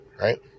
right